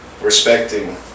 respecting